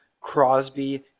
Crosby